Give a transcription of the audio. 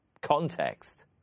context